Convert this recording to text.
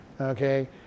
Okay